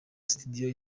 studio